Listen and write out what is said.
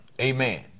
amen